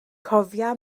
cofia